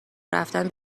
رفتن